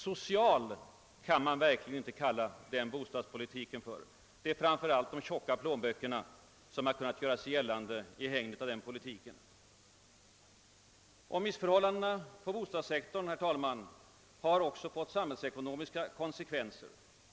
»Social» kan man verkligen inte kalla den bostadspolitiken. Det är framför allt de tjocka plånböckerna som kunnat göra sig gällande i hägnet av den. Missförhållandena på bostadssektorn har också fått samhällsekonomiska konsekvenser.